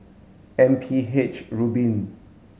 M P H Rubin